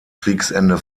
kriegsende